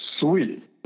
sweet